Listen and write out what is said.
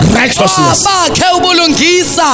righteousness